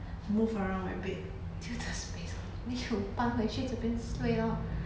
move around my bed